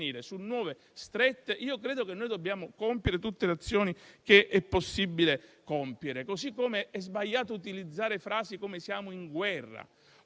su nuove strette, credo che dobbiamo compiere tutte le azioni che è possibile intraprendere. È sbagliato utilizzare frasi come «siamo in guerra»